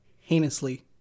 heinously